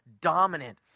dominant